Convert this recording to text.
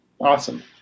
Awesome